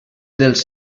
dels